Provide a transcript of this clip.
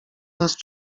nas